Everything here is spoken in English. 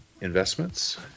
Investments